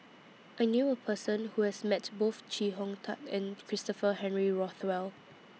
I knew A Person Who has Met Both Chee Hong Tat and Christopher Henry Rothwell